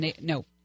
no